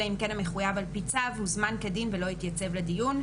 אלא אם כן המחויב על פי הצו הוזמן כדין ולא התייצב לדיון.